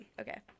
okay